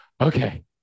okay